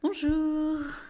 Bonjour